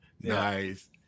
Nice